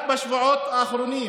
רק בשבועות האחרונים